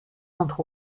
entre